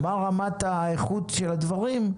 מה רמת האיכות של הדברים,